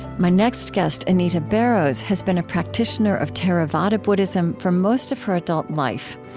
my next guest, anita barrows, has been a practitioner of theravada buddhism for most of her adult life,